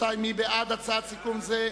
מי בעד הצעת סיכום זו?